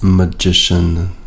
Magician